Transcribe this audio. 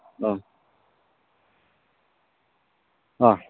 औ औ